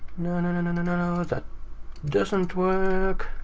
no and and and and and no, that doesn't work,